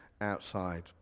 outside